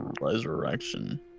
resurrection